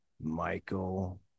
Michael